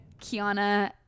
kiana